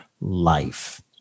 life